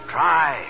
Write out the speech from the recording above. Try